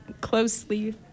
closely